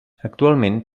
actualment